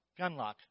Gunlock